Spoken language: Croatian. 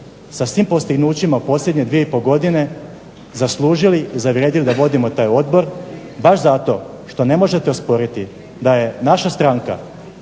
sa svim postignućima u posljednje dvije godine zaslužili i zavrijedili da vodimo taj odbor baš zato što ne možete osporiti da je naša stranka